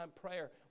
prayer